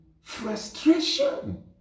frustration